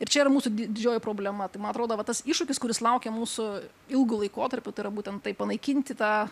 ir čia yra mūsų di didžioji problema tai man atrodo va tas iššūkis kuris laukia mūsų ilgu laikotarpiu tai yra būtent tai panaikinti tą